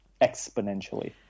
exponentially